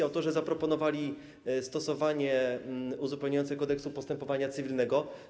Autorzy zaproponowali stosowanie uzupełniające Kodeksu postępowania cywilnego.